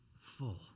full